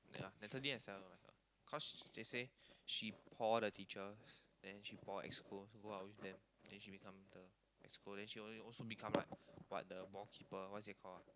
yeah Natalie and Stella don't like her cause they say she pour the teachers then she pour exco to go out with them then she become the exco then she only also become like what the ballkeeper what is it called